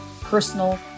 personal